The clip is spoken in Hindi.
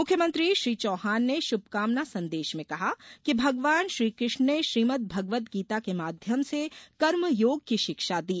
मुख्यमंत्री श्री चौहान ने श्भकामना संदेश में कहा कि भगवान श्रीकृष्ण ने श्रीमद भगवद गीता के माध्यम से कर्मयोग की शिक्षा दी